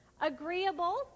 Agreeable